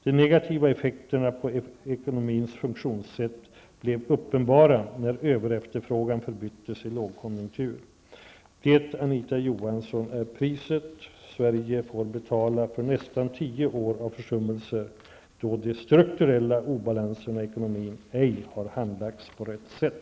De negativa effekterna på ekonomins funktionssätt blev uppenbara när överefterfrågan förbyttes i lågkonjunktur. Det, Anita Johansson, är priset som Sverige får betala för nästan tio år av försummelser då de strukturella obalanserna i ekonomin ej har handlagts på rätt sätt.